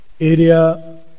area